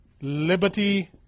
liberty